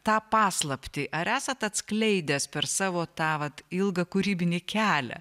tą paslaptį ar esat atskleidęs per savo tą vat ilgą kūrybinį kelią